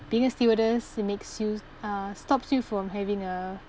being a stewardess makes you uh stops you from having a